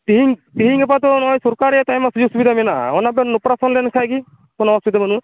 ᱛᱤᱦᱤᱧ ᱛᱤᱦᱤᱧ ᱜᱟᱯᱟ ᱛᱚ ᱱᱚᱜᱼᱚᱭ ᱥᱚᱨᱠᱟᱨᱤᱭᱟᱜ ᱛᱚ ᱟᱭᱢᱟ ᱥᱩᱡᱳᱜᱽ ᱥᱩᱵᱤᱫᱷᱟ ᱢᱮᱱᱟᱜᱼᱟ ᱚᱱᱟᱵᱮᱱ ᱚᱯᱟᱨᱮᱥᱮᱱ ᱞᱮᱱᱠᱷᱟᱱᱜᱮ ᱠᱳᱱᱳ ᱚᱥᱩᱵᱤᱫᱷᱟ ᱵᱟᱹᱱᱩᱜᱼᱟ